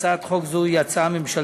התשע"ו 2016. הצעת חוק זו היא הצעה ממשלתית